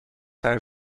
haar